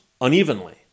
unevenly